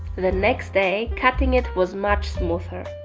the next day cutting it was much smoother.